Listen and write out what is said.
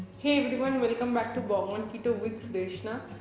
hey everyone. welcome back to bong on keto with sudeshna.